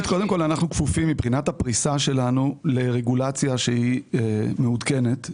קודם כול אנחנו כפופים מבחינת הפריסה שלנו לרגולציה שהיא מעודכנת,